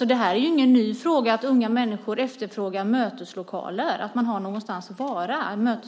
Det är ingen ny fråga att unga människor efterfrågar möteslokaler, någonstans att vara,